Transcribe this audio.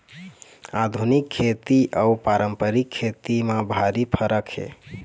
आधुनिक खेती अउ पारंपरिक खेती म भारी फरक हे